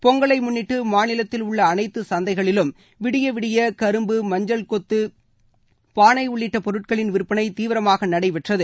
பொங்கலை முன்னிட்டு மாநிலத்தில் உள்ள அனைத்து சந்தைகளிலும் விடியவிடிய கரும்பு மஞ்சள் கொத்து பானை உள்ளிட்ட பொருட்களின் விற்பனை தீவிரமாக நடைபெற்றது